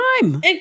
time